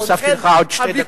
הוספתי לך שתי דקות.